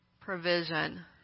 Provision